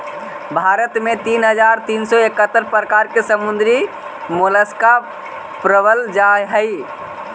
भारत में तीन हज़ार तीन सौ इकहत्तर प्रकार के समुद्री मोलस्का पाबल जा हई